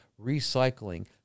recycling